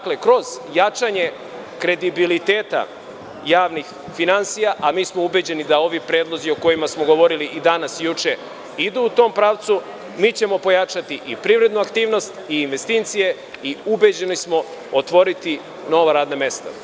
Kroz jačanje kredibiliteta javnih finansija, a mi smo ubeđeni da ovi predlozi o kojima smo govorili i danas i juče idu u tom pravcu, mi ćemo pojačati i privrednu aktivnost i investicije i, ubeđeni smo, otvoriti nova radna mesta.